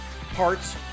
parts